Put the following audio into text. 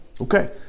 Okay